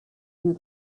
you